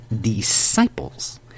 disciples